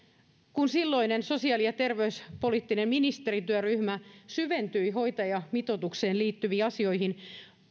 kun silloinen sosiaali ja terveyspoliittinen ministerityöryhmä syventyi hoitajamitoitukseen liittyviin asioihin